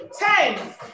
ten